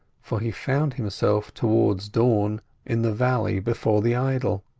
for he found himself towards dawn in the valley before the idol.